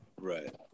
Right